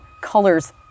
colors